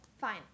fine